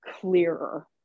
clearer